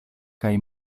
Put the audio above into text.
kaj